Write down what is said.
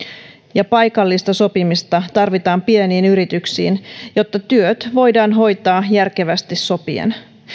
ja paikallista sopimista tarvitaan pieniin yrityksiin jotta työt voidaan hoitaa järkevästi sopien